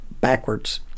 backwards